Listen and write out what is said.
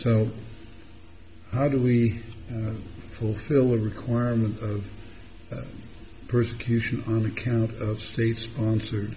so how do we fulfill the requirement of persecution on account of state sponsored